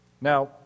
Now